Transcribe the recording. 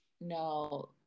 No